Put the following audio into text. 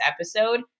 episode